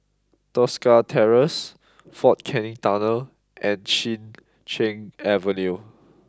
Tosca Terrace Fort Canning Tunnel and Chin Cheng Avenue